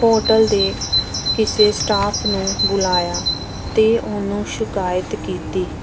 hotel ਦੇ ਕਿਸੇ staff ਨੂੰ ਬੁਲਾਇਆ ਅਤੇ ਉਹਨੂੰ ਸ਼ਿਕਾਇਤ ਕੀਤੀ